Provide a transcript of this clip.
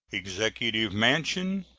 executive mansion,